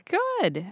good